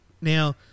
Now